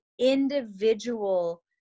individual